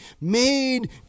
made